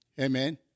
Amen